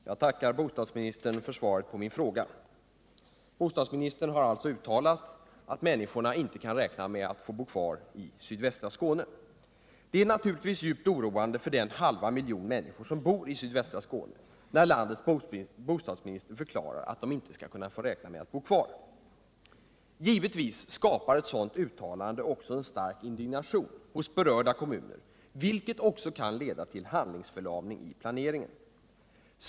Herr talman! Jag tackar bostadsministern för svaret på min fråga. Bostadsministern har alltså uttalat att människorna inte kan räkna med att få bo kvar i sydvästra Skåne. Det är naturligtvis djupt oroande för den halva miljon människor som bor i sydvästra Skåne när landets bostadsminister förklarar att de inte skall räkna med att få bo kvar. Givetvis skapar ett sådant uttalande också en stark indignation hos berörda kommuner, vilket också kan Ieda till handlingsförlamning i plancringen.